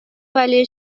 валли